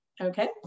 okay